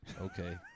Okay